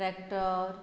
tractor